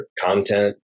content